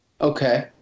Okay